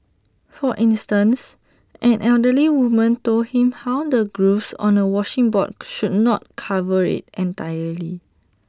for instance an elderly woman told him how the grooves on A washing board should not cover IT entirely